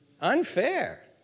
Unfair